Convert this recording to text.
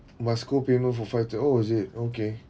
must co payment for oh is it okay